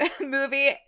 movie